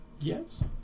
yes